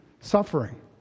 suffering